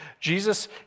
Jesus